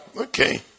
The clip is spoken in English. Okay